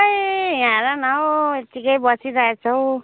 खोइ यहाँ हेर न हौ यत्तिकै बसिरहेको छु हौ